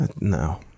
no